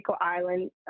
Island